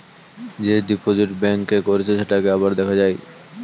যে deposit bank এ করেছে সেটাকে আবার দেখা যায়